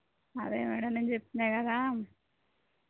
అదే మేడం నేను చెప్పిందే కదా